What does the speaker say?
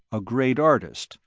a great artist,